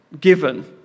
given